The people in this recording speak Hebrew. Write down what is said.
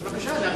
אז בבקשה להמשיך.